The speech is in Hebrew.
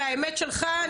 האמת שלך,